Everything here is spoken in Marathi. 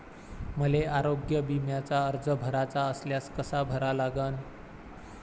मले आरोग्य बिम्याचा अर्ज भराचा असल्यास कसा भरा लागन?